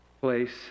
place